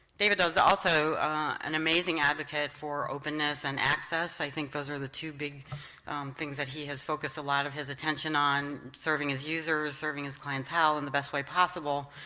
david does also an amazing advocate for openness and access. i think those are the two big things that he has focused a lot of his attention on serving his users, serving his clientele in the best way possible.